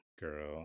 girl